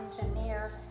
engineer